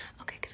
okay